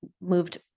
moved